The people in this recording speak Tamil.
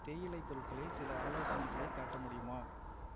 தேயிலை பொருட்களில் சில ஆலோசனைகளைக் காட்ட முடியுமா